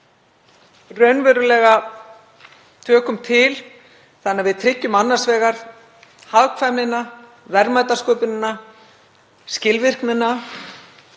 raunverulega til þannig að við tryggjum annars vegar hagkvæmnina, verðmætasköpunina, skilvirknina,